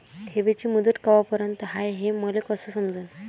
ठेवीची मुदत कवापर्यंत हाय हे मले कस समजन?